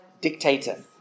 dictator